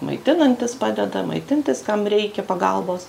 maitinantis padeda maitintis kam reikia pagalbos